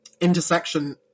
Intersection